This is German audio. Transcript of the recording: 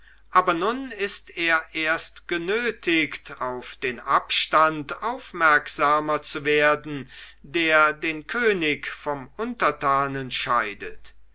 aber nun ist er erst genötigt auf den abstand aufmerksamer zu werden der den könig vom untertanen scheidet